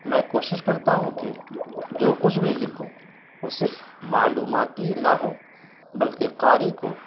میں کوشش کرتا ہوں کہ جو کچھ بھی لکھوں وہ صرف معلوماتی نہ ہوں بلکہ قاری کو